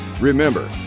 remember